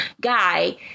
guy